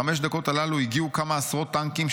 בחמש דקות הללו הגיעו כמה עשרות טנקים,